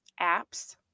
Apps